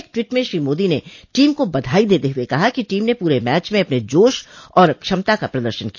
एक ट्वीट में श्री मोदी ने टीम को बधाई देते हुए कहा कि टीम ने पूरे मैच में अपने जोश और क्षमता का प्रदर्शन किया